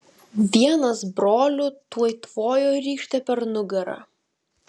vienas brolių tuoj tvojo rykšte per nugarą